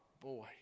boy